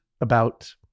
about-